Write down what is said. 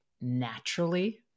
naturally